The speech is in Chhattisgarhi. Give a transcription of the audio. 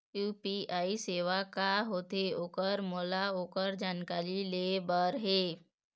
यू.पी.आई सेवा का होथे ओकर मोला ओकर जानकारी ले बर हे?